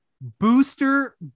Booster